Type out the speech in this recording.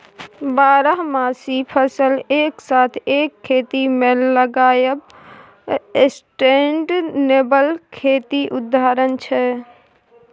बारहमासी फसल एक साथ एक खेत मे लगाएब सस्टेनेबल खेतीक उदाहरण छै